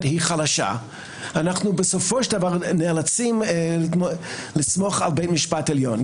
היא חלשה אנחנו בסופו של דבר נאלצים לסמוך על בית המשפט העליון.